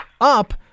up